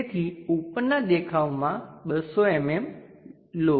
તેથી ઉપરનાં દેખાવમાં 200 mm લો